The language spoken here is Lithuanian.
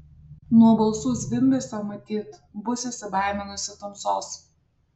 nuo balsų zvimbesio matyt bus įsibaiminusi tamsos